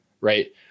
Right